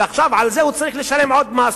ועכשיו על זה הוא צריך לשלם עוד מס.